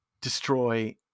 destroy